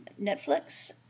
Netflix